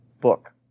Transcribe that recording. book